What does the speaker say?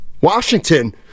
Washington